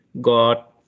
got